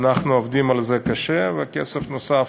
ואנחנו עובדים על זה קשה, וכסף נוסף,